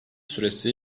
süresi